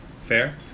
fair